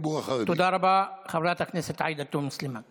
גם מול הרשתות, ואני גם הולך לשבת עם מנהלי כל